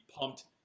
pumped